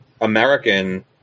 American